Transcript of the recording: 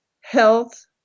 health